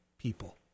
people